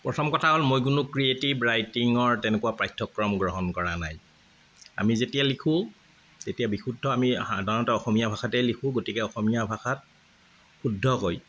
প্ৰথম কথা হ'ল মই কোনো ক্ৰিয়েটিভ ৰাইটিঙৰ তেনেকুৱা পাঠ্যক্ৰম গ্ৰহণ কৰা নাই আমি যেতিয়া লিখোঁ তেতিয়া বিশুদ্ধ আমি সাধাৰণতে অসমীয়া ভাষাতে লিখোঁ গতিকে অসমীয়া ভাষাত শুদ্ধকৈ